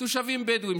תושבים בדואים,